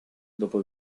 dopo